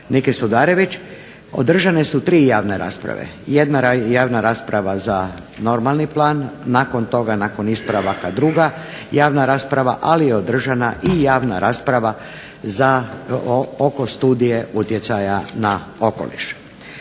Niki Sudarević održane su tri javne rasprave. Jedna javna rasprava za normalni plan. Nakon toga, nakon ispravaka druga javna rasprava. Ali je održana i javna rasprava oko studije utjecaja na okoliš.